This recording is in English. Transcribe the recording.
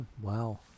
Wow